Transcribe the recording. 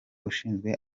ushinzwe